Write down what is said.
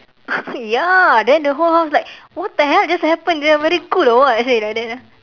ya then the whole house like what the hell just happened ya very cool or what I say like that ah